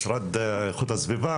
משרד איכות הסביבה,